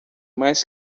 mas